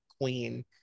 queen